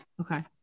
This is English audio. okay